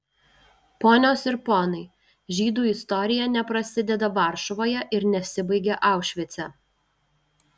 ponios ir ponai žydų istorija neprasideda varšuvoje ir nesibaigia aušvice